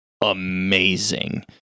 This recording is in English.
amazing